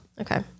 Okay